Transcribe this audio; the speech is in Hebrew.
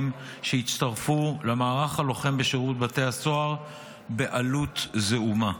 שיצטרפו למערך הלוחם בשירות בתי הסוהר בעלות זעומה.